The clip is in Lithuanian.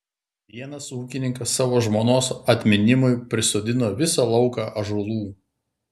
vienas ūkininkas savo žmonos atminimui prisodino visą lauką ąžuolų